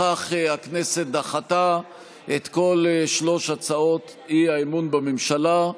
בכך הכנסת דחתה את כל שלוש הצעות האי-אמון בממשלה.